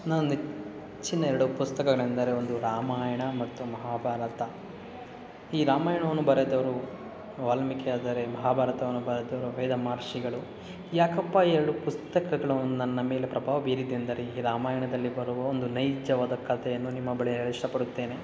ನನ್ನ ನೆಚ್ಚಿನ ಎರಡು ಪುಸ್ತಕಗಳೆಂದರೆ ಒಂದು ರಾಮಾಯಣ ಮತ್ತು ಮಹಾಭಾರತ ಈ ರಾಮಾಯಣವನ್ನು ಬರೆದವರು ವಾಲ್ಮೀಕಿಯಾದರೆ ಮಹಾಭಾರತವನ್ನು ಬರೆದವರು ವೇದ ಮಹರ್ಷಿಗಳು ಯಾಕಪ್ಪ ಈ ಎರಡು ಪುಸ್ತಕಗಳು ನನ್ನ ಮೇಲೆ ಪ್ರಭಾವ ಬೀರಿದೆ ಎಂದರೆ ಈಗ ರಾಮಾಯಣದಲ್ಲಿ ಬರುವ ಒಂದು ನೈಜವಾದ ಕಥೆಯನ್ನು ನಿಮ್ಮ ಬಳಿ ಹೇಳಲು ಇಷ್ಟಪಡುತ್ತೇನೆ